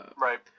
Right